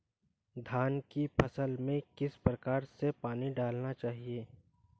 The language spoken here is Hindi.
धान की फसल में किस प्रकार से पानी डालना चाहिए?